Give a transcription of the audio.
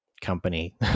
company